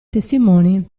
testimoni